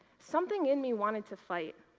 something in me wanted to fight.